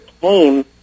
came